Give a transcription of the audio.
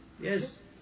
Yes